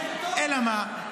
אלא מה,